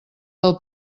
del